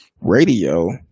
Radio